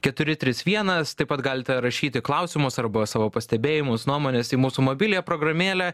keturi trys vienas taip pat galite rašyti klausimus arba savo pastebėjimus nuomones į mūsų mobiliąją programėlę